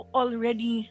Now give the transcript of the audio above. already